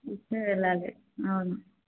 వెళ్ళాలి అవును